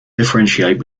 differentiate